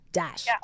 dash